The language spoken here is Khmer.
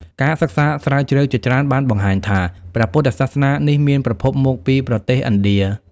ការសិក្សាស្រាវជ្រាវជាច្រើនបានបង្ហាញថា ព្រះពុទ្ធសាសនានេះមានប្រភពមកពីប្រទេសឥណ្ឌា។